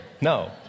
No